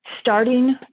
starting